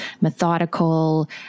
methodical